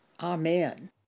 Amen